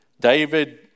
David